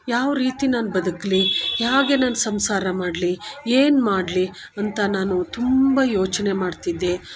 ಯಾವ ರೀತಿ ನಾನು ಬದುಕಲಿ ಹೇಗೆ ನಾನು ಸಂಸಾರ ಮಾಡಲಿ ಏನು ಮಾಡಲಿ ಅಂತ ನಾನು ತುಂಬ ಯೋಚನೆ ಮಾಡ್ತಿದ್ದೆ